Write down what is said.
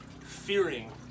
fearing